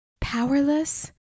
Powerless